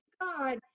God